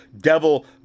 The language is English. devil